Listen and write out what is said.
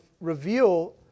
reveal